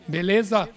Beleza